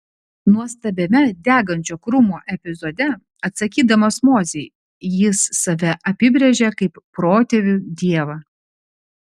nuostabiame degančio krūmo epizode atsakydamas mozei jis save apibrėžia kaip protėvių dievą